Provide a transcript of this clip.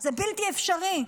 זה בלתי אפשרי.